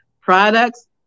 products